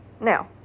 Now